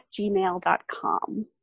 gmail.com